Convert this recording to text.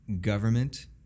government